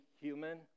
human